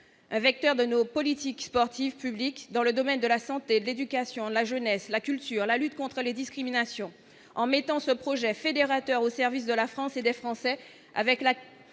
vecteur de nos politiques sportives publiques dans le domaine de la santé, l'éducation, la jeunesse, la culture, la lutte contre les discriminations en mettant ce projet fédérateur au service de la France et des Français, avec la